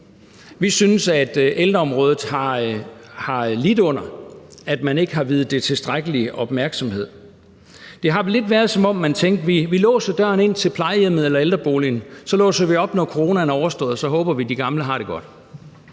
vi synes, at ældreområdet har lidt under, at man ikke har viet det tilstrækkelig opmærksomhed. Det har lidt været, som om man tænkte: Vi låser døren ind til plejehjemmet eller ældreboligen, og så låser vi op, når coronaen er overstået, og så håber vi, at de gamle har det godt.